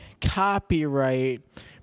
copyright